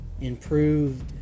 improved